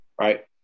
right